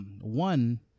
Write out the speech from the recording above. one